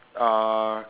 uh